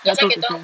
gatal